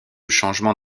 changement